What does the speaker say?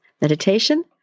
meditation